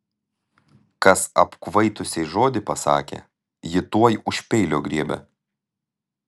kas apkvaitusiai žodį pasakė ji tuoj už peilio griebia